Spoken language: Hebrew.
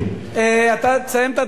אתה תסיים את הדברים.